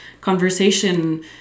conversation